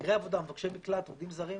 מהגרי עבודה, דורשי מקלט, עובדים זרים,